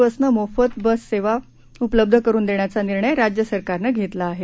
बसनं मोफत बस प्रवास सेवा उपलब्ध करून देण्याचा निर्णय राज्य सरकारनं घेतला आहे